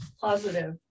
positive